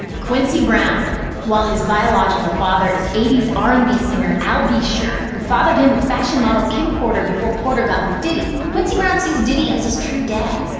quincy brown while his biological father is eighty s r and b singer al. b sure, who fathered him with fashion model kim porter before porter got with diddy, quincy brown sees diddy as his true dad.